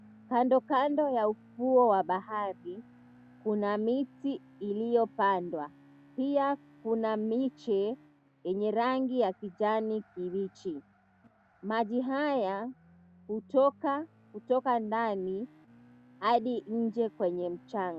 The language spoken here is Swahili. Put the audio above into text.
Kandokando ya ufuu wa bahari, kuna miti iliyopandwa. Pia kuna miche yenye rangi ya kijani kibichi. Maji haya hutoka ndani hadi nje kwenye mchanga.